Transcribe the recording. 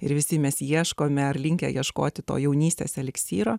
ir visi mes ieškome ar linkę ieškoti to jaunystės eliksyro